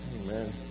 Amen